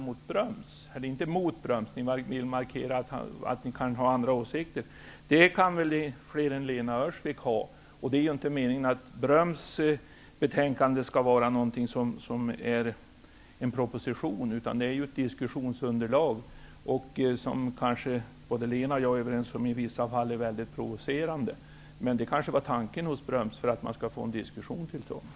Jag förstår att ni vill markera att ni kan ha andra åsikter än Bröms -- men det kan fler ha. Det är inte meningen att Bröms betänkande skall bli en proposition, utan det är ett diskussionsunderlag. Lena Öhrsvik och jag kanske är överens om att det i vissa fall är mycket provocerande, men det kan ha varit tanken hos Bröms, för att få en diskussion till stånd.